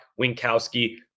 Winkowski